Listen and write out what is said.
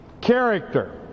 character